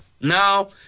Now